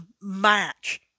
match